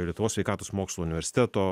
lietuvos sveikatos mokslų universiteto